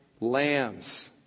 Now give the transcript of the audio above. lambs